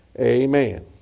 Amen